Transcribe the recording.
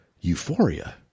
euphoria